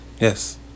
yes